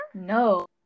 no